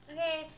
Okay